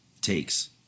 takes